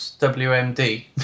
WMD